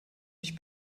mich